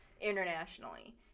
Internationally